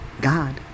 God